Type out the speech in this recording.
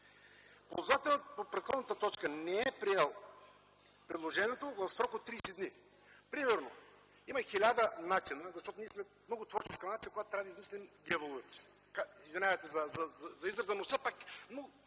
„Ползвател по предходната точка не е приел предложението в срок от 30 дни.” Например има хиляда начина, защото ние сме много творческа нация, когато трябва да измисляме дяволъци – извинявайте за израза, но все пак